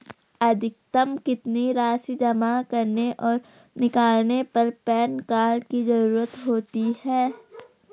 अधिकतम कितनी राशि जमा करने और निकालने पर पैन कार्ड की ज़रूरत होती है?